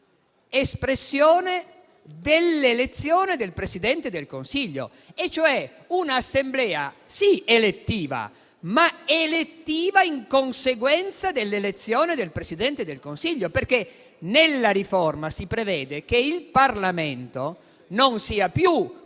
espressione dell'elezione del Presidente del Consiglio; cioè una Assemblea, sì, elettiva, ma in conseguenza dell'elezione del Presidente del Consiglio. Infatti nella riforma si prevede che il Parlamento non sia più